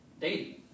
dating